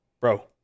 bro